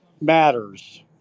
matters